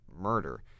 murder